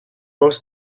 most